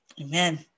Amen